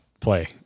play